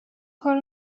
کار